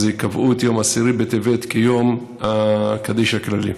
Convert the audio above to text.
אז קבעו את יום עשרה בטבת כיום הקדיש הכללי.